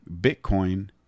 Bitcoin